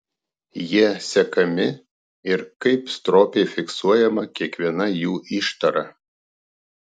jie sekami ir kaip stropiai fiksuojama kiekviena jų ištara